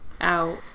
out